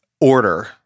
order